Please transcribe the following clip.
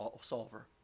solver